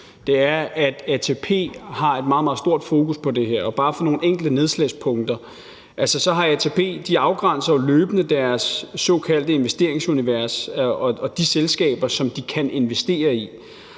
er, at ATP har et meget, meget stort fokus på det her, og bare for at lave nogle enkelte nedslagspunkter vil jeg sige, at ATP jo løbende afgrænser deres såkaldte investeringsunivers og de selskaber, som de kan investere i.